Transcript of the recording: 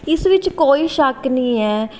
ਇਸ ਵਿੱਚ ਕੋਈ ਸ਼ੱਕ ਨਹੀਂ ਹੈ